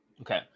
Okay